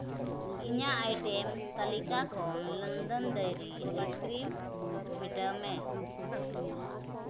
ᱤᱧᱟᱹᱜ ᱟᱭᱴᱮᱢ ᱛᱟᱞᱤᱠᱟ ᱠᱷᱚᱱ ᱞᱚᱱᱰᱚᱱ ᱰᱮᱭᱟᱨᱤ ᱟᱭᱤᱥᱠᱨᱤᱢ ᱢᱮᱴᱟᱣ ᱢᱮ